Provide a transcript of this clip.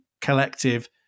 collective